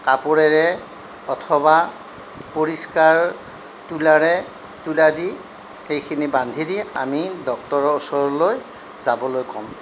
কাপোৰেৰে অথবা পৰিস্কাৰ তুলাৰে তুলা দি সেইখিনি বান্ধি দি আমি ডক্টৰৰ ওচৰলৈ যাবলৈ ক'ম